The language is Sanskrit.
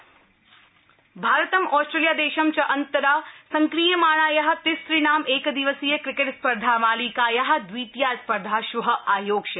क्रिकेट भारत आस्ट्रेलिया देशं च अन्तरा संक्रीड्यमाणाया तिसृणां एकदिवसीय क्रिकेट स्पर्धा मालिकाया द्वितीया स्पर्धा श्व आयोक्ष्यते